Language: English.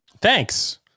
Thanks